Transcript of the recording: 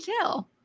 tell